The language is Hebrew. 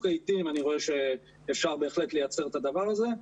העיתים אני רואה שאפשר בהחלט לייצר את הדבר הזה.